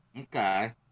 Okay